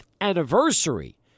anniversary